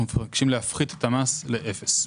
אנחנו מבקשים להפחית את המס לאפס.